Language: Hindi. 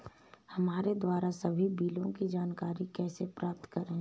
हमारे द्वारा सभी बिलों की जानकारी कैसे प्राप्त करें?